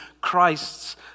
Christ's